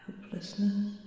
Helplessness